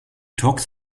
talks